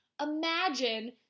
imagine